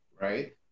Right